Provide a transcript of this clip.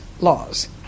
laws